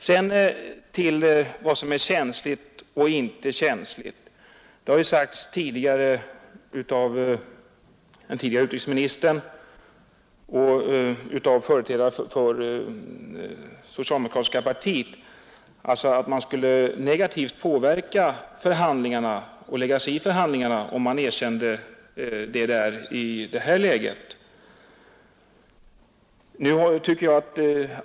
När det gäller frågan om vad som är känsligt och inte känsligt har det sagts av vår tidigare utrikesminister och av andra företrädare för socialdemokratiska partiet att man skulle negativt påverka och lägga sig i förhandlingarna om man erkände DDR i det här läget.